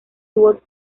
tuvo